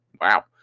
Wow